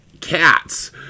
Cats